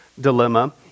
dilemma